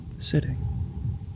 Sitting